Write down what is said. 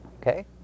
Okay